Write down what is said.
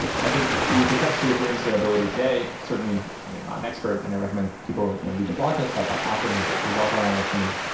i think with respect to ethereum scalability today, certainly, i'm you know not an expert and i recommend people read the blog post by by ah so and who's who's also on our team.